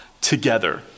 together